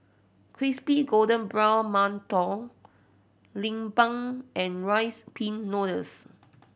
crispy golden brown mantou lemang and Rice Pin Noodles